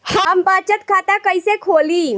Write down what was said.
हम बचत खाता कइसे खोलीं?